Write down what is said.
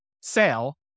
sale